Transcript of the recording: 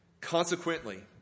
Consequently